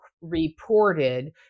reported